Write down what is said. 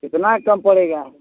कितना कम पड़ेगा